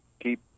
keep